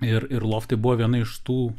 ir ir loftai buvo viena iš tų